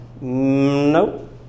nope